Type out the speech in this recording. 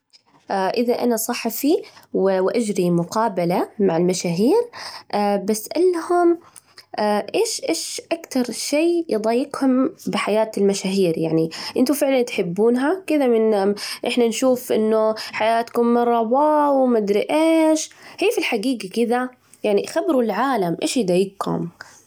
إذا أنا صحفي وأجري مقابلة مع المشاهير، بسألهم إيش إيش أكثر شيء يضايقهم بحياة المشاهير؟ يعني أنتو فعلاً تحبونها كده؟ إحنا نشوف أنه حياتكم مرة واو وما أدري إيش، هي في الحقيقة كده يعني خبروا العالم إيش يضايجكم.